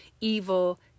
evil